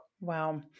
Wow